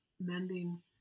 mending